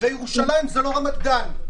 וירושלים זה לא רמת גן.